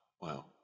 Wow